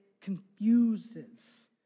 confuses